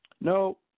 No